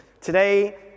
Today